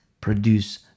produce